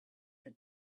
had